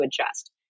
adjust